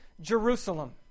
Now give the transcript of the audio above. Jerusalem